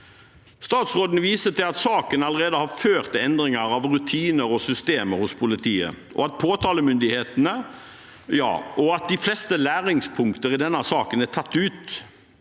Statsråden viser til at saken allerede har ført til endringer av rutiner og systemer hos politiet og påtalemyndighetene, og at de fleste læringspunkter i denne saken er tatt ut.